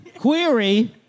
Query